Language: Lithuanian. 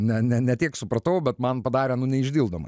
ne ne ne tiek supratau bet man padarė nu neišdildomą